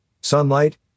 sunlight